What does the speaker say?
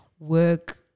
Work